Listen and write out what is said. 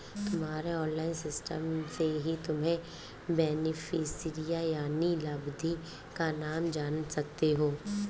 तुम्हारे online system से ही तुम बेनिफिशियरी यानि लाभार्थी का नाम जान सकते हो